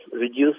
reduce